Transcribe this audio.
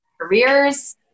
careers